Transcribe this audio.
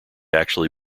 actually